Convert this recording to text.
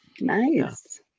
Nice